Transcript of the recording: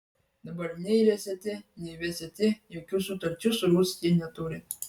dabar nei rst nei vst jokių sutarčių su rusija neturi